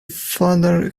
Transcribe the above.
father